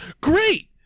great